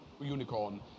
Unicorn